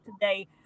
today